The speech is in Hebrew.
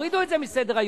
הורידו את זה מסדר-היום.